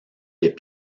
des